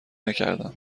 نکردم